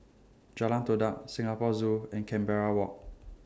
Jalan Todak Singapore Zoo and Canberra Walk